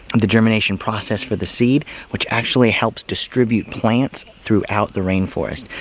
the germination process for the seed which actually helps distribute plants throughout the rain-forest!